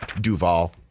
Duval